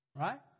right